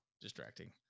distracting